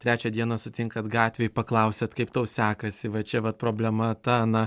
trečią dieną sutinkat gatvėj paklausiat kaip tau sekasi va čia vat problema ta ana